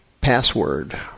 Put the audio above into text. password